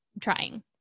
trying